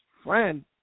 Friend